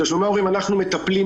בתשלומי ההורים אנחנו מטפלים,